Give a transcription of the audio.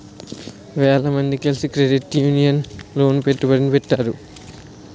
వేల మంది కలిసి క్రెడిట్ యూనియన్ లోన పెట్టుబడిని పెడతారు